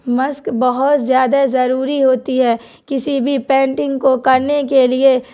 مشق بہت زیادہ ضروری ہوتی ہے کسی بھی پینٹنگ کو کرنے کے لیے